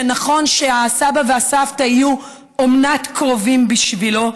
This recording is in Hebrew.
שנכון שהסבא והסבתא יהיו אומנת קרובים בשבילו,